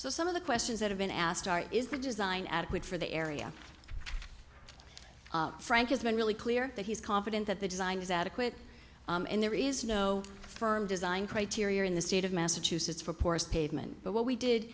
so some of the questions that have been asked are is the design adequate for the area frank has been really clear that he's confident that the design is adequate and there is no firm design criteria in the state of massachusetts for porous pavement but what we did